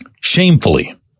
shamefully